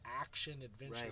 action-adventure